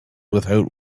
without